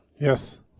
Yes